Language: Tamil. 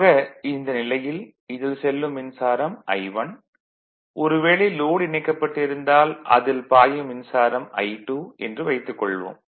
ஆக இந்த நிலையில் இதில் செல்லும் மின்சாரம் I1 ஒரு வேளை லோட் இணைக்கப்பட்டிருந்தால் அதில் பாயும் மின்சாரம் I2 என்று வைத்துக் கொள்வோம்